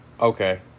Okay